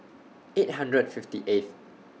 eight hundred and fifty eighth